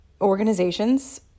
organizations